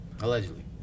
Allegedly